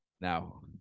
now